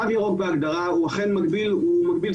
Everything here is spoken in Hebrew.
תו ירוק בהגדרה הוא אכן מגביל זכויות.